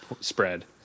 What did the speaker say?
spread